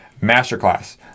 masterclass